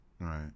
Right